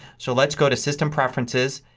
so let's go to system preferences,